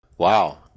Wow